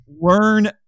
learn